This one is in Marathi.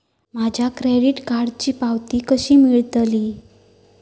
माझ्या क्रेडीट कार्डची पावती कशी मिळतली?